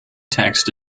text